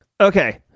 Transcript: okay